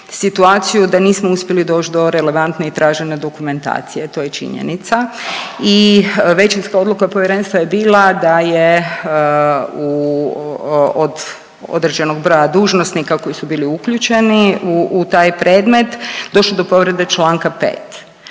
situaciju da nismo uspjeli doć do relevantne i tražene dokumentacije to je činjenica i većinska odluka Povjerenstva je bila da je u od određenog broja dužnosnika koji su bili uključeni u taj predmet došlo do povrede čl. 5.